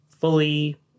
fully